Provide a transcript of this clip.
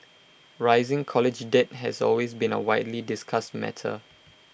rising college debt has been A widely discussed matter